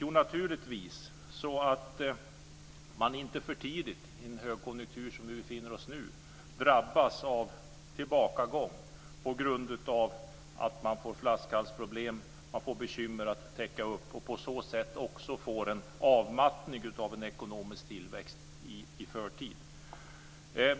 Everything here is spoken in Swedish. Jo, naturligtvis så att man inte för tidigt i en högkonjunktur - som vi befinner oss i nu - drabbas av tillbakagång på grund av flaskhalsproblem och bekymmer att täcka upp och på sätt får avmattning i en ekonomisk tillväxt i förtid.